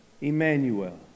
Emmanuel